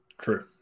True